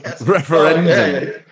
referendum